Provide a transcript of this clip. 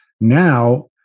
now